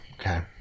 Okay